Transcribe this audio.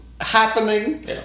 happening